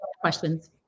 questions